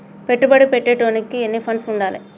పెట్టుబడి పెట్టేటోనికి ఎన్ని ఫండ్స్ ఉండాలే?